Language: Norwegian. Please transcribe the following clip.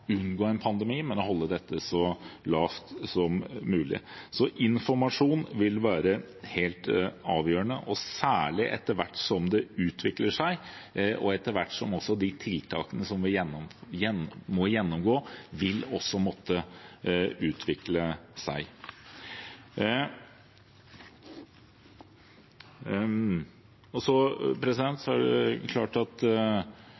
så lavt nivå som mulig. Informasjon vil være helt avgjørende, særlig etter hvert som dette utvikler seg, og etter hvert som de tiltakene man må gjennomgå, også vil måtte utvikle seg. Så